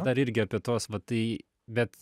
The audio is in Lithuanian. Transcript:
dar irgi apie tuos va tai bet